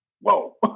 Whoa